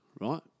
Right